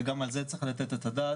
וגם על זה צריך לתת את הדעת.